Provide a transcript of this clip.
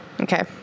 Okay